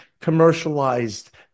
commercialized